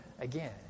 again